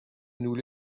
nous